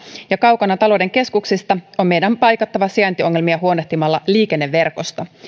ja kaukana talouden keskuksista on meidän paikattava sijaintiongelmia huolehtimalla liikenneverkosta